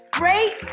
great